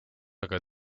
aga